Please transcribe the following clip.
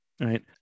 Right